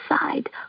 side